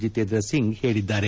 ಜಿತೇಂದ್ರ ಸಿಂಗ್ ಹೇಳಿದ್ದಾರೆ